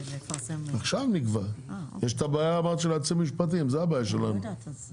יש את הבעיה של היועצים המשפטים, זו הבעיה שלנו.